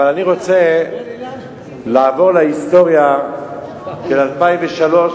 אבל אני רוצה לעבור להיסטוריה של 2003,